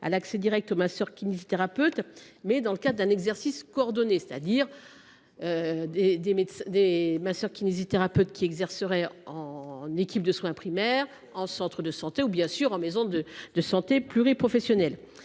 à l’accès direct aux masseurs kinésithérapeutes, mais dans le cadre d’un exercice coordonné : je pense aux masseurs kinésithérapeutes exerçant en équipe de soins primaires, en centre de santé ou encore en maison de santé pluriprofessionnelle.